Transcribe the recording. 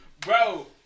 Bro